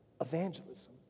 evangelism